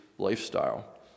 lifestyle